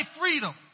freedom